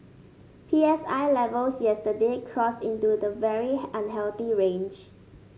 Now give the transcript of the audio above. P S I levels yesterday crossed into the very unhealthy range